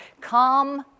come